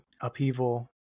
upheaval